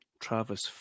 Travis